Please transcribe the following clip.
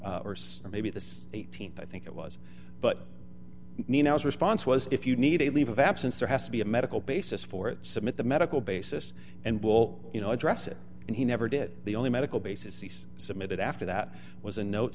th or maybe the th i think it was but nina his response was if you need a leave of absence there has to be a medical basis for it submit the medical basis and will you know address it and he never did the only medical basis he's submitted after that was a note